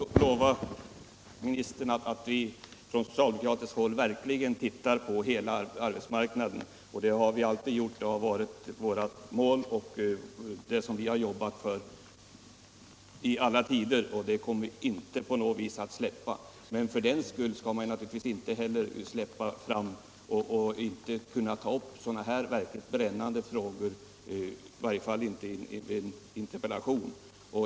Herr talman! Jag kan lova statsrådet att vi socialdemokrater verkligen tittar på hela arbetsmarknaden. Det har alltid varit vårt mål att lösa problemen på arbetsmarknaden — det har vi jobbat för i alla tider och det kommer vi att fortsätta med. Men för den skull kan man inte underlåta att ta upp sådana här brännande frågor i en interpellation.